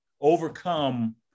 overcome